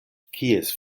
kies